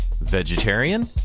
Vegetarian